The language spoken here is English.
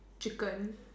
chicken